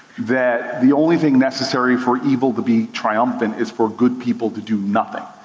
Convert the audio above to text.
that the only thing necessary for evil to be triumphant is for good people to do nothing.